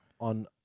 on